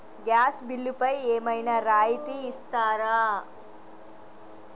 Gas బిల్లుపై ఏమైనా రాయితీ ఇస్తారా?